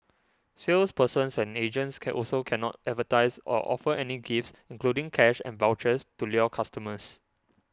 salespersons and agents can also cannot advertise or offer any gifts including cash and vouchers to lure customers